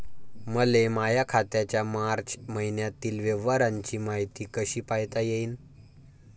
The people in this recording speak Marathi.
मले माया खात्याच्या मार्च मईन्यातील व्यवहाराची मायती कशी पायता येईन?